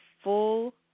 Full